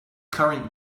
current